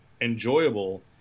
enjoyable